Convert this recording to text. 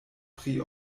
pri